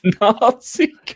Nazi